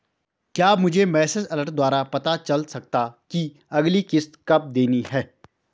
क्या मुझे message alert द्वारा पता चल सकता कि अगली किश्त कब देनी है?